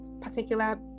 particular